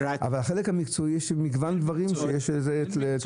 אבל בחלק המקצועי יש מגוון דברים שצריך לדון בהם.